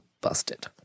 busted